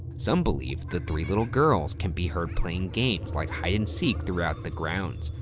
some believe the three little girls can be heard playing games like hide and seek throughout the grounds.